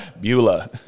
Beulah